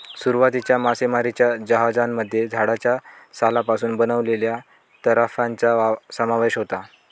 सुरुवातीच्या मासेमारीच्या जहाजांमध्ये झाडाच्या सालापासून बनवलेल्या तराफ्यांचा समावेश होता